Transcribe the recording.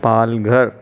Palghar